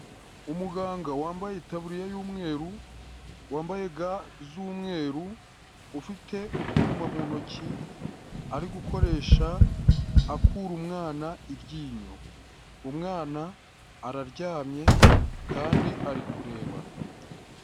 Umuganga wambaye itaburiya y'umweru, wambaye ga z'umweru, ufite utwuma mu ntoki ari gukoresha akura umwana iryinyo, umwana araryamye kandi ari kureba.